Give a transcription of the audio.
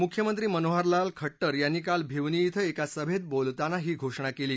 मुख्यमंत्री मनोहर लाल खट्टर यांनी काल भिवनी इं एका सभेत बोलताना ही घोषणा केली